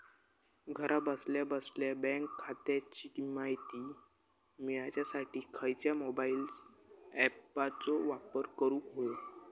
घरा बसल्या बसल्या बँक खात्याची माहिती मिळाच्यासाठी खायच्या मोबाईल ॲपाचो वापर करूक होयो?